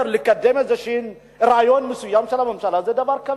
לקדם רעיון מסוים של הממשלה זה דבר קביל.